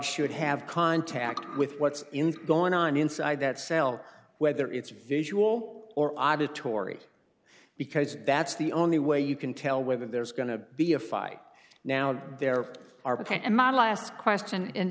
should have contact with what's going on inside that cell whether it's visual or auditory because that's the only way you can tell whether there's going to be a fight now there are panama last question